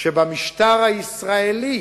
שבמשטר הישראלי,